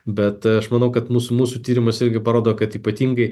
bet aš manau kad mūsų mūsų tyrimas irgi parodo kad ypatingai